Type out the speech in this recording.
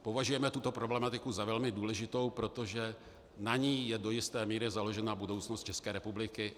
Považujeme tuto problematiku za velmi důležitou, protože na ní je do jisté míry založena budoucnost České republiky.